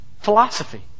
philosophy